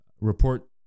Report